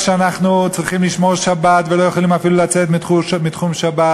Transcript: שאנחנו צריכים לשמור שבת ולא יכולים אפילו לצאת מתחום שבת.